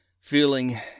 feeling